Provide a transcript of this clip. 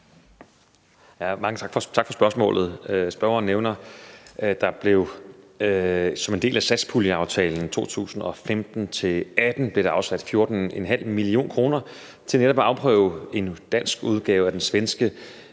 tak for spørgsmålet. Spørgeren nævner, at der som en del af satspuljeaftalen 2015-2018 blev afsat 14,5 mio. kr. til netop at afprøve en dansk udgave af den svenske